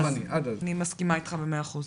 אני מסכימה איתך במאה אחוז.